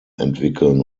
entwickeln